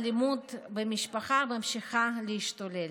האלימות במשפחה ממשיכה להשתולל,